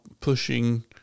pushing